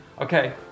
Okay